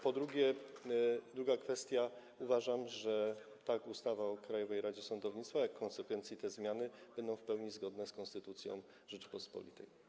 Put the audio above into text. Po drugie, druga kwestia, uważam, że tak ustawa o Krajowej Radzie Sądownictwa, jak i w konsekwencji te zmiany będą w pełni zgodne z Konstytucją Rzeczypospolitej Polskiej.